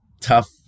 tough